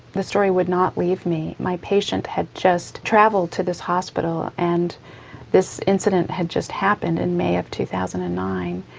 the story would not leave me. my patient had just travelled to this hospital and this incident had just happened in may of two thousand and nine.